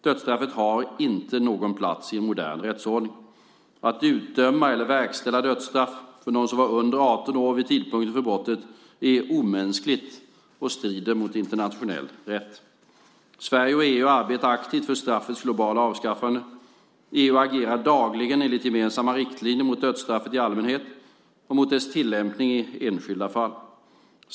Dödsstraffet har inte någon plats i en modern rättsordning. Att utdöma eller verkställa dödsstraff för någon som var under 18 år vid tidpunkten för brottet är omänskligt och strider mot internationell rätt. Sverige och EU arbetar aktivt för straffets globala avskaffande. EU agerar dagligen enligt gemensamma riktlinjer mot dödsstraffet i allmänhet och mot dess tillämpning i enskilda fall.